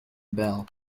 bell